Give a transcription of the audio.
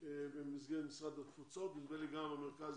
במסגרת משרד התפוצות ונדמה לי גם במרכז